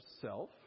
self